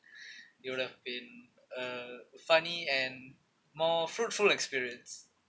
it would have been a funny and more fruitful experience